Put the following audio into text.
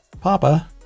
Papa